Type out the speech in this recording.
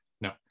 No